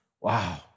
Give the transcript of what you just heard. Wow